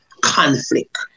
conflict